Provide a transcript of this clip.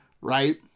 Right